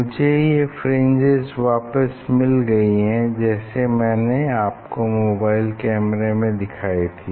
मुझे ये फ्रिंजेस वापस मिल गई हैं जैसी मैंने आपको मोबाइल कैमरे में दिखाई थी